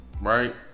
right